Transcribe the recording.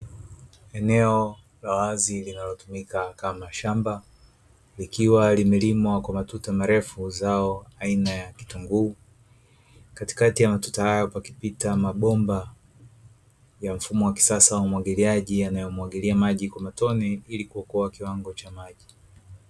Eneo la wazi linalotumika kama shamba, likiwa limelimwa kwa matuta marefu zao aina ya kitunguu, katikati ya matuta hayo pakipita mabomba ya mfumo wa kisasa ya umwagiliaji yanayomwagilia maji kwa matone ili kuokoa kiwango cha maji.